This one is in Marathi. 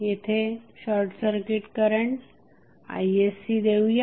येथे शॉर्टसर्किट करंट isc देऊया